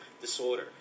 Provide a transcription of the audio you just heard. disorder